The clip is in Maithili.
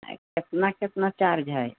आओर कितना कितना चार्ज हय